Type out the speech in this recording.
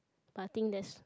but I think there's